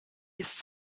ist